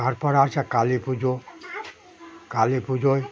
তারপর আছে কালী পুজো কালী পুজোয়